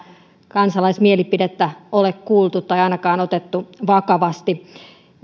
kansalaismielipidettä ole kuultu tai ainakaan otettu vakavasti